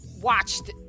watched